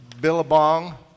Billabong